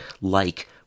like-